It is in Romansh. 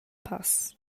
pass